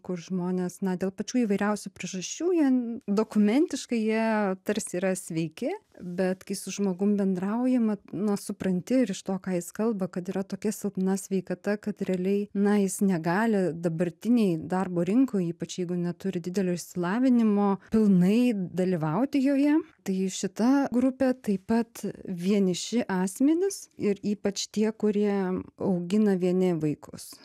kur žmonės na dėl pačių įvairiausių priežasčių jie dokumentiškai jie tarsi yra sveiki bet kai su žmogum bendraujama na supranti ir iš to ką jis kalba kad yra tokia silpna sveikata kad realiai na jis negali dabartinėj darbo rinkoj ypač jeigu neturi didelio išsilavinimo pilnai dalyvauti joje tai šita grupė taip pat vieniši asmenys ir ypač tie kurie augina vieni vaikus